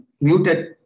muted